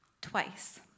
twice